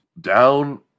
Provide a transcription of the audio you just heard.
down